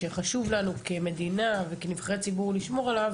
שחשוב לנו כמדינה וכנבחרי ציבור לשמור עליו,